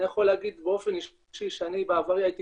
אני יכול להגיד באופן אישי שאני בעברי הייתי